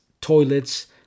toilets